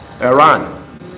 iran